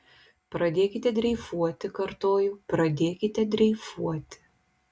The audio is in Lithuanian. pradėkite dreifuoti kartoju pradėkite dreifuoti